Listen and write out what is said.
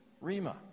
Rima